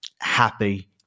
happy